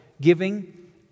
giving